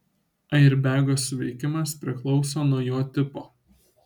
airbego suveikimas priklauso nuo jo tipo